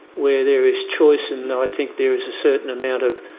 where there is choice and i think there is a certain amount of